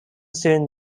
soon